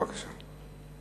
בבקשה.